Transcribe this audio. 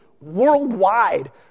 worldwide